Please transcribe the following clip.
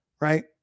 right